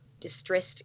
distressed